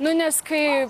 nu nes kai